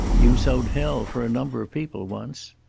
you sowed hell for a number of people once.